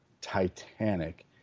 titanic